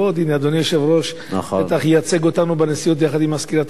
אדוני היושב-ראש בטח ייצג אותנו בנשיאות יחד עם מזכירת הכנסת,